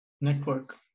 Network